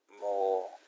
more